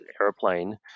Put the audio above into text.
airplane